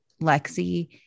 Lexi